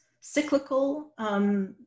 cyclical